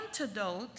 antidote